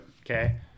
okay